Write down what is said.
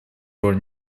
пор